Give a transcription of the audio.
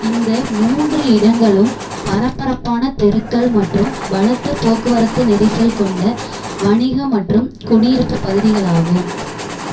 இந்த மூன்று இடங்களும் பரபரப்பான தெருக்கள் மற்றும் பலத்த போக்குவரத்து நெரிசல் கொண்ட வணிக மற்றும் குடியிருப்புப் பகுதிகளாகும்